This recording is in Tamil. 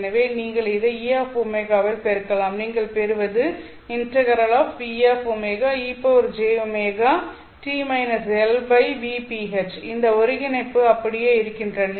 எனவே நீங்கள் இதை Eω ஆல் பெருக்கலாம் நீங்கள் பெறுவது ∫Eωejωt−Lvph இந்த ஒருங்கிணைப்பு அப்படியே இருக்கின்றன